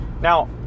Now